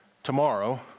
tomorrow